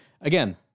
Again